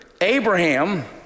Abraham